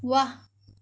वाह